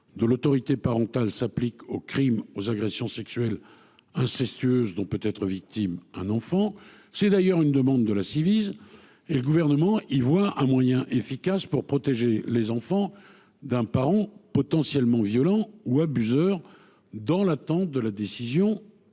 de l’autorité parentale s’applique aux crimes et aux agressions sexuelles incestueuses dont peut être victime un enfant. C’est d’ailleurs une demande de la Ciivise, et le Gouvernement y voit un moyen efficace pour protéger les enfants d’un parent potentiellement violent ou abuseur dans l’attente de la décision